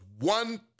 One